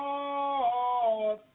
Lord